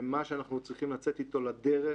למה שאנחנו צריכים לצאת איתו לדרך,